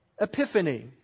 epiphany